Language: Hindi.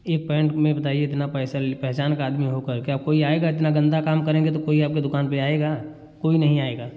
एक पैंट में बताइए इतना पैसा ले पहचान का आदमी हो करके अब कोई आएगा इतना गन्दा काम करेंगे तो कोई आपके दुकान पर आएगा कोई नहीं आएगा